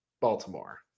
baltimore